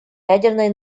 ядерной